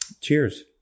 Cheers